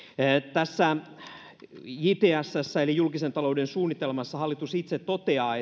tässä jtsssä eli julkisen talouden suunnitelmassa hallitus itse toteaa